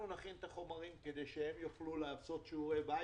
אנחנו נכין את החומרים כדי שהם יוכלו לעשות שיעורי בית.